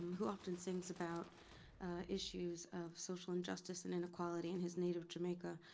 who often sings about issues of social injustice and inequality in his native jamaica.